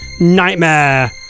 nightmare